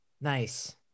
Nice